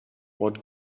what